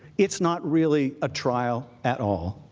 it is not really a trial at all.